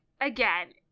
again